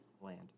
land